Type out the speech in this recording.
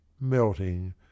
melting